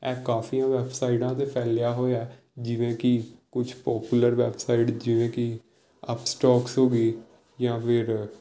ਇਹ ਕਾਫੀ ਵੈਬਸਾਈਟਾਂ 'ਤੇ ਫੈਲਿਆ ਹੋਇਆ ਹੈ ਜਿਵੇਂ ਕਿ ਕੁਛ ਪੋਪੂਲਰ ਵੈਬਸਾਈਟ ਜਿਵੇਂ ਕਿ ਅਪਸਟੋਕਸ ਹੋਗੀ ਜਾਂ ਫਿਰ